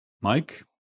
mike